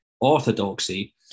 orthodoxy